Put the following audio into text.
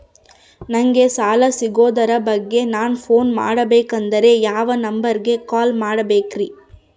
ನಂಗೆ ಸಾಲ ಸಿಗೋದರ ಬಗ್ಗೆ ನನ್ನ ಪೋನ್ ಮಾಡಬೇಕಂದರೆ ಯಾವ ನಂಬರಿಗೆ ಕಾಲ್ ಮಾಡಬೇಕ್ರಿ?